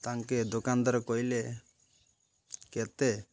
ତାଙ୍କେ ଦୋକାନଦାର କହିଲେ କେତେ